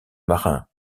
marin